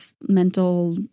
mental